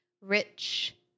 Rich